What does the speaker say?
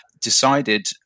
decided